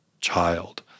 child